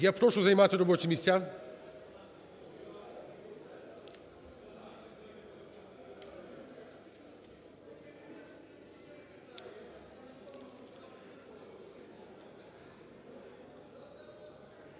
Я прошу займати робочі місця.